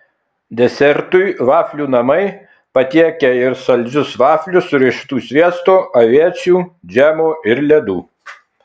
desertui vaflių namai patiekia ir saldžius vaflius su riešutų sviesto aviečių džemo ir ledų